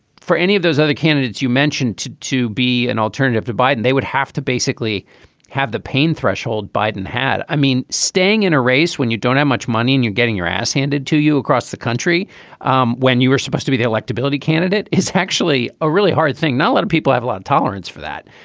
for any of those other candidates you mentioned to to be an alternative to biden, they would have to basically have the pain threshold. biden had i mean, staying in a race when you don't have much money and you're getting your ass handed to you across the country um when you were supposed to be the electability candidate is actually a really hard thing. not a lot of people have a lot tolerance for that.